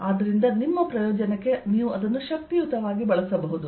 ಆದ್ದರಿಂದ ನಿಮ್ಮ ಪ್ರಯೋಜನಕ್ಕೆ ನೀವು ಅದನ್ನು ಶಕ್ತಿಯುತವಾಗಿ ಬಳಸಬಹುದು